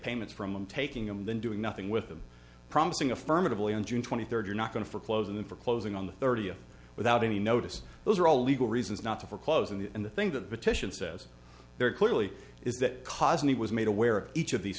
payments from taking and then doing nothing with them promising affirmatively on june twenty third you're not going to foreclose on them for closing on the thirtieth without any notice those are all legal reasons not to foreclose in the in the thing that petition says there clearly is that cause and he was made aware of each of these